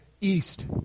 east